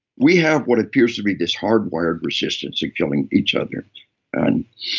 we have what appears to be this hard-wired resistance to killing each other and